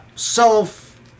Self